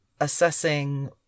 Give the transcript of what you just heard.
assessing